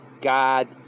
God